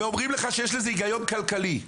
ואומרים לך שיש לזה היגיון כלכלי.